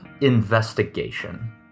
investigation